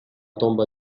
tomba